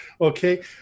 Okay